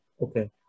Okay